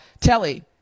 Telly